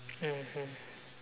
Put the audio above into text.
mmhmm